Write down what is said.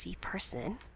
person